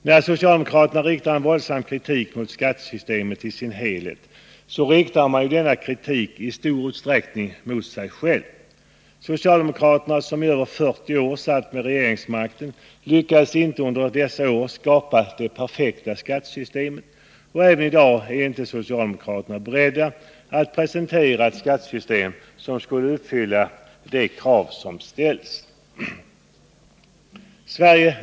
När socialdemokraterna riktar en våldsam kritik mot skattesystemet i sin helhet så riktar man denna kritik i stor utsträckning mot dem själva. Socialdemokraterna, som i över 40 år satt med regeringsmakten, lyckades inte under dessa år skapa det perfekta skattesystemet. Och inte heller i dag är socialdemokraterna beredda att presentera ett skattesystem som skulle uppfylla de krav som ställts.